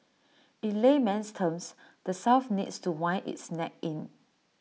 in layman's terms the south needs to wind its neck in